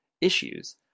issues